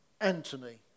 Anthony